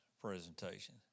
presentation